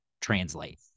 translate